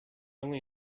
only